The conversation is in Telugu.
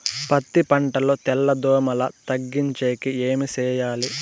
పత్తి పంటలో తెల్ల దోమల తగ్గించేకి ఏమి చేయాలి?